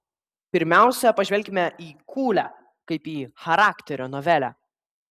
pirmiausia pažvelkime į kūlę kaip į charakterio novelę